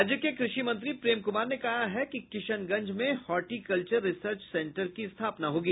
राज्य के कृषि मंत्री प्रेम कुमार ने कहा है कि किशनगंज में हॉर्टिकल्वर रिसर्च सेंटर की स्थापना होगी